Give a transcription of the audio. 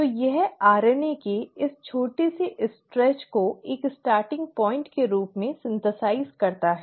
तो यह RNA के इस छोटे से खिंचाव को एक प्रारंभिक बिंदु के रूप में संश्लेषित करता है